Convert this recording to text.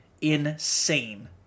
Insane